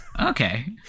okay